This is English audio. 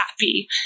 happy